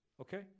Okay